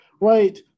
right